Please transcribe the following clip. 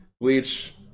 Bleach